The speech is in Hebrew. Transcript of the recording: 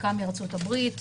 חלקם מארצות הברית.